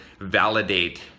validate